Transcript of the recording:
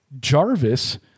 Jarvis